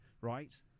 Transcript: right